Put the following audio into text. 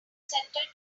center